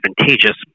advantageous